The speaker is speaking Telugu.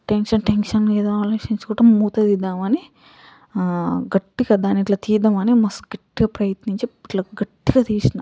టెన్షన్ టెన్షన్గా ఏదో ఆలోచించుకుంటూ మూత తీద్దాం అని గట్టిగా దాన్ని ఇట్లా తీద్దామని మస్త్ గట్టిగా ప్రయత్నించి ఇట్లా గట్టిగా తీసినా